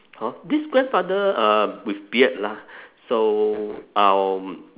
!huh! this grandfather uh with beard lah so um